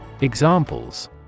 Examples